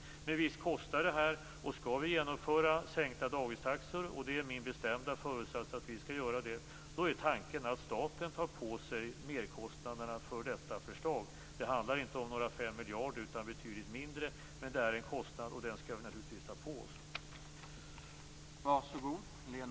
Men visst kostar detta. Skall vi genomföra sänkta dagistaxor - och det är min bestämda föresats att vi skall göra det - är tanken att staten tar på sig merkostnaderna för detta förslag. Det handlar inte om några 5 miljarder, utan det är betydligt mindre. Men det är en kostnad, och den skall vi naturligtvis ta på oss.